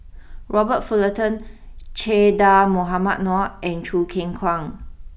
Robert Fullerton Che Dah Mohamed Noor and Choo Keng Kwang